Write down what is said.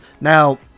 now